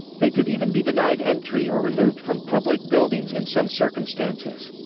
they could even be denied entry or removed from public buildings in some circumstances.